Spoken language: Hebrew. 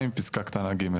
8(2)(ג).